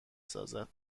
سازند